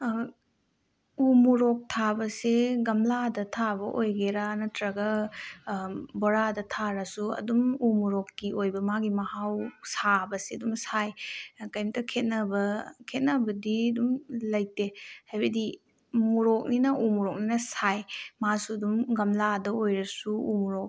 ꯎ ꯃꯣꯔꯣꯛ ꯊꯥꯕꯁꯦ ꯒꯝꯂꯥꯗ ꯊꯥꯕ ꯑꯣꯏꯒꯦꯔ ꯅꯠꯇ꯭ꯔꯒ ꯕꯣꯔꯥꯗ ꯊꯥꯔꯁꯨ ꯑꯗꯨꯝ ꯎ ꯃꯣꯔꯣꯛꯀꯤ ꯑꯣꯏꯕ ꯃꯥꯒꯤ ꯃꯍꯥꯎ ꯁꯥꯕꯁꯦ ꯑꯗꯨꯝ ꯁꯥꯏ ꯀꯔꯤꯝꯇ ꯈꯦꯠꯅꯕ ꯈꯦꯠꯅꯕꯗꯤ ꯑꯗꯨꯝ ꯂꯩꯇꯦ ꯍꯥꯏꯕꯗꯤ ꯃꯣꯔꯣꯛꯅꯤꯅ ꯎ ꯃꯣꯔꯣꯛꯅꯤꯅ ꯁꯥꯏ ꯃꯥꯁꯨ ꯑꯗꯨꯝ ꯒꯝꯂꯥꯗ ꯑꯣꯏꯔꯁꯨ ꯎ ꯃꯣꯔꯣꯛ